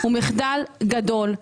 הוא מחדל גדול.